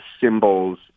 symbols